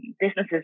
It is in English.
businesses